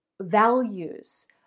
Values